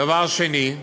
דבר שני,